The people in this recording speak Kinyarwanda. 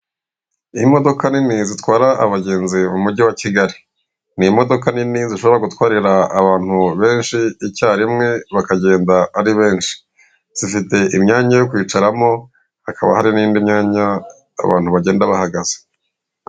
Imodoka nini zitwara abagenzi mu mujyi wa Kigali, ni imodoka nini zishobora gutwarira abantu benshi icyarimwe bakagenda ari benshi, zifite imyanya yo kwicaramo hakaba hari n'indi myanya abantu bagenda bahagaze.